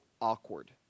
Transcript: awkward